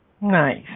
Nice